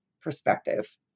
perspective